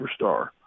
superstar